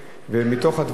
ומתוך הדברים,